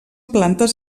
plantes